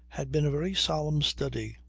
had been a very solemn study.